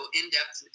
in-depth